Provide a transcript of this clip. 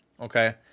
Okay